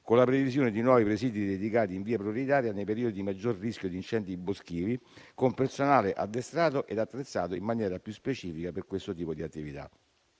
con la previsione di nuovi presidi dedicati in via prioritaria, nei periodi di maggior rischio di incendi boschivi, con personale addestrato ed attrezzato in maniera più specifica per questo tipo di attività.